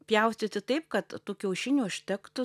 pjaustyti taip kad tų kiaušinių užtektų